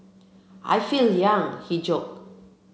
I feel young he joked